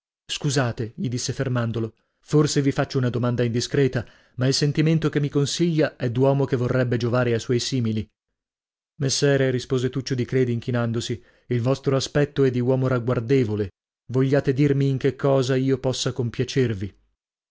scusate gli disse fermandolo forse vi faccio una domanda indiscreta ma il sentimento che mi consiglia è d'uomo che vorrebbe giovare a suoi simili messere rispose tuccio di credi inchinandosi il vostro aspetto e di uomo ragguardevole vogliate dirmi in che cosa io possa compiacervi